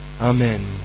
Amen